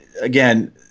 again –